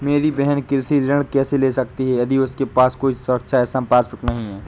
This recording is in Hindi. मेरी बहिन कृषि ऋण कैसे ले सकती है यदि उसके पास कोई सुरक्षा या संपार्श्विक नहीं है?